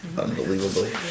unbelievably